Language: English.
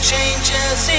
Changes